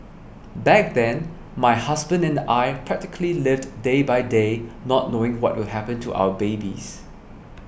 back then my husband and I practically lived day by day not knowing what will happen to our babies